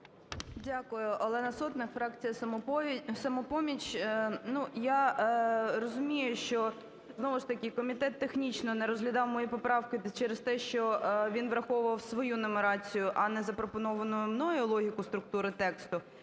Дякую. Олена Сотник, фракція "Самопоміч". Ну, я розумію, що знову ж таки комітет технічно не розглядав мої поправки через те, що він враховував свою нумерацію, а не запропоновану мною логіку структури тексту.